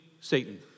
Satan